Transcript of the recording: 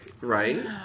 right